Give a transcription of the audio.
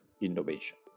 innovation